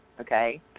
Okay